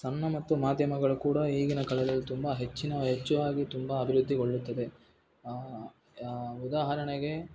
ಸಣ್ಣ ಮತ್ತು ಮಾಧ್ಯಮಗಳು ಕೂಡ ಈಗಿನ ಕಾಲದಲ್ಲಿ ತುಂಬ ಹೆಚ್ಚಿನ ಹೆಚ್ಚು ಆಗಿ ತುಂಬ ಅಭಿವೃದ್ಧಿಗೊಳ್ಳುತ್ತದೆ ಉದಾಹರಣೆಗೆ